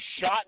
shot